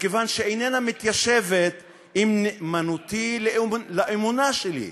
מכיוון שאיננה מתיישבת עם נאמנותי לאמונה שלי,